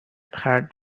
had